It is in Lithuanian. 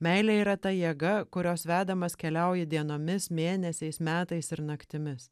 meilė yra ta jėga kurios vedamas keliauji dienomis mėnesiais metais ir naktimis